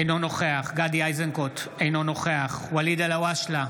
אינו נוכח גדי איזנקוט, אינו נוכח ואליד אלהואשלה,